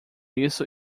isso